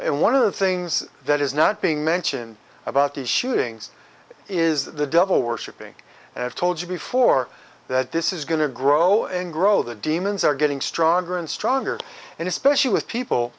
group one of the things that is not being mentioned about these shootings is the devil worshipping and i've told you before that this is going to grow and grow the demons are getting stronger and stronger and especially with people